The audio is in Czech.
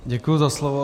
Děkuji za slovo.